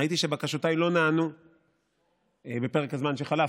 ראיתי שבקשותיי לא נענו בפרק הזמן שחלף,